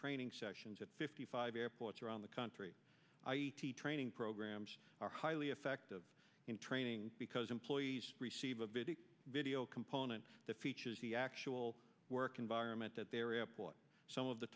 training sessions at fifty five airports around the country training programs are highly effective in training because employees receive a video video component that features the actual work environment at their airport some of the